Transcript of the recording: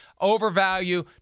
overvalue